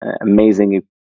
amazing